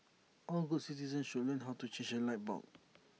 all good citizens should learn how to change A light bulb